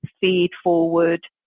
feed-forward